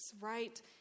right